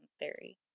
theory